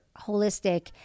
holistic